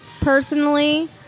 personally